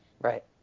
Right